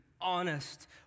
honest